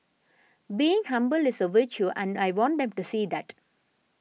being humble is a virtue and I want them to see that